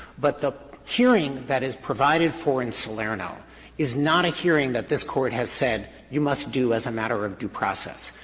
but the hearing that is provided for in salerno is not a hearing that this court has said you must do as a matter of due process.